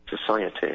society